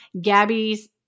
Gabby's